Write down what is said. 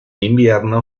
invierno